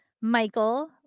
Michael